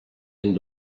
end